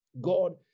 God